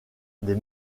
des